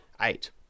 eight